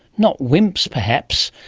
not wimps, perhaps,